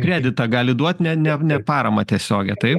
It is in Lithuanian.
kreditą gali duot ne ne ne paramą tiesiogę taip